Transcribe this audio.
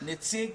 נציג